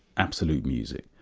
absolute music.